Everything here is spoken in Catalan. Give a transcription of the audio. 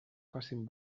facin